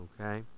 Okay